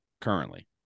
currently